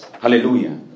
Hallelujah